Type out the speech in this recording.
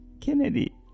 Kennedy